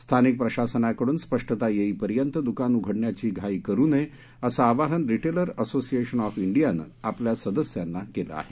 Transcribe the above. स्थानिक प्रशासनाकडून स्पष्टता येईपर्यंत दुकान उघडण्याची घाई करू नये असं आवाहन रिटेलर असोसिएशन ऑफ इंडियानं आपल्या सदस्यांना केलं आहे